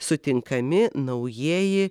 sutinkami naujieji